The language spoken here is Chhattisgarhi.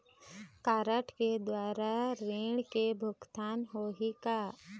कारड के द्वारा ऋण के भुगतान होही का?